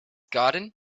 garden